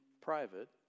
private